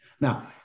Now